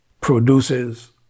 produces